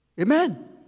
Amen